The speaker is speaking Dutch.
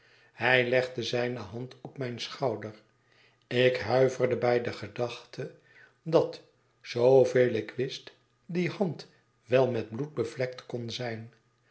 hij legde zijne hand op mijn schouder ik huiverde bij de gedachte dat voor zooveel ik wist die hand wel met bloed bevlekt kon zijn